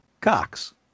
Cox